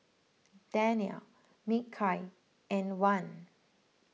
Danial Mikhail and Wan